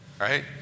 right